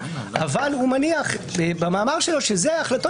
אבל הוא מניח במאמר שלו שאלה החלטות